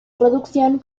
producción